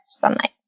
sunlight